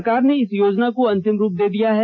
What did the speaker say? सरकार ने इस योजना को अंतिम रूप दे दिया है